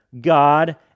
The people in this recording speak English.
God